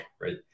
right